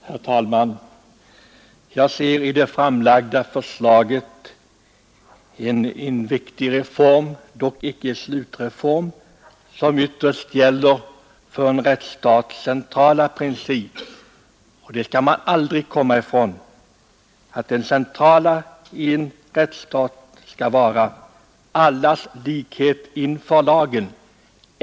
Herr talman! Jag ser i det framlagda förslaget en viktig reform — dock icke en slutreform — som ytterst gäller den för en rättsstat centrala principen om allas likhet inför lagen. Att det är den centrala principen kan man aldrig komma ifrån.